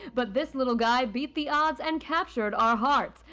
but this little guy beat the odds and captured our hearts.